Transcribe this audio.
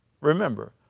Remember